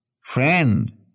Friend